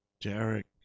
Derek